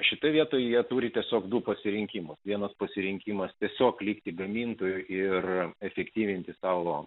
šitoje vietoje turi tiesiog tų pasirinkimų vienas pasirinkimas tiesiog likti gamintojų ir efektyvinti savo